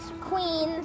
Queens